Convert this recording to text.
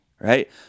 Right